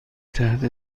تحت